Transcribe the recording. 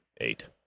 Eight